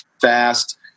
fast